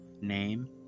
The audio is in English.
Name